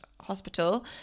Hospital